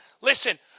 listen